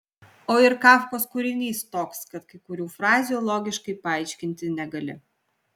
o ir kafkos kūrinys toks kad kai kurių frazių logiškai paaiškinti negali